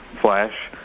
flash